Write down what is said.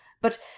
But